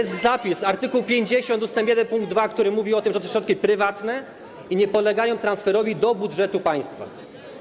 Jest zapis, art. 50 ust. 1 pkt 2, który mówi o tym, że są to środki prywatne i nie podlegają transferowi do budżetu państwa.